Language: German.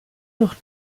noch